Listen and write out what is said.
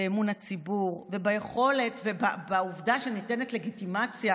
באמון הציבור וביכולת ובעובדה שניתנת לגיטימציה